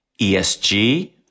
ESG